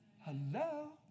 Hello